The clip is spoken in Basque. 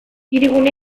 hirigune